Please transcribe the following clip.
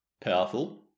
Powerful